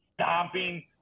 stomping